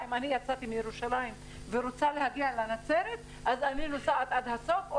אם אני יצאתי מירושלים ורוצה להגיע לנצרת אז אני נוסעת עד הסוף או